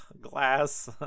glass